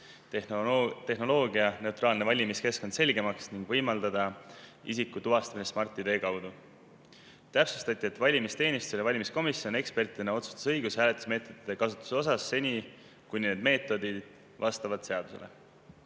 tehnoloogianeutraalne valimiskeskkond selgemaks ning võimaldatakse isiku tuvastamist Smart-ID kaudu. Täpsustati, et valimisteenistusel ja valimiskomisjonil on ekspertidena otsustusõigus hääletusmeetmete kasutamise üle seni, kuni need meetodid vastavad seadusele.